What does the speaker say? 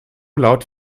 laut